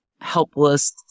helpless